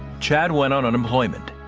chad went on unemployment.